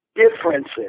differences